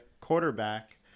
quarterback